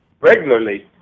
regularly